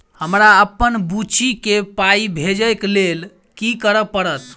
हमरा अप्पन बुची केँ पाई भेजइ केँ लेल की करऽ पड़त?